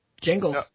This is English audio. Jingles